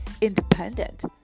independent